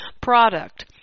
product